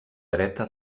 dreta